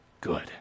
good